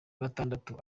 gatandatu